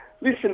Listen